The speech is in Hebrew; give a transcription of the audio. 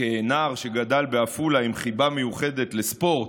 כנער שגדל בעפולה עם חיבה מיוחדת לספורט,